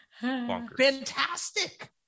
fantastic